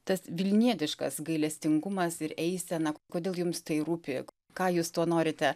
tas vilnietiškas gailestingumas ir eisena kodėl jums tai rūpi ką jūs tuo norite